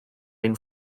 ein